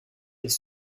des